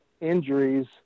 injuries